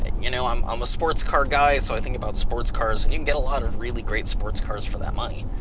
you know i'm um a sports car guy so i think about sports cars. you can get a lot of really great sports cars for that money.